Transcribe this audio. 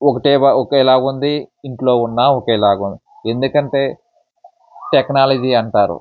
ఒకటే ఒకేలాగా ఉంది ఇంట్లో ఉన్నా ఒకేలాగా ఉంది ఎందుకంటే టెక్నాలజీ అంటారు